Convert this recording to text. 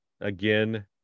again